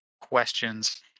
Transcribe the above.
questions